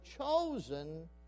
chosen